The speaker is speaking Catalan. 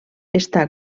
està